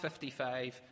55